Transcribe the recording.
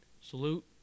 salute